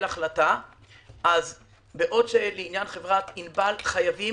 החלטה אז בעוד שלעניין חברת "ענבל" חייבים